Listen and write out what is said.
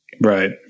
right